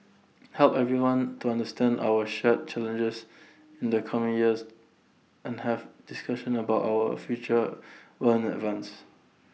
help everyone to understand our shared challenges in the coming years and have discussions about our future well in advance